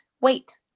wait